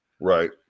Right